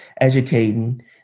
educating